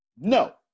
No